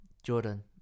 Jordan